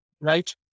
right